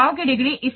प्रभाव की डिग्री